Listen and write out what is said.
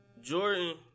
Jordan